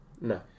No